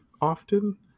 often